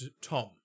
Tom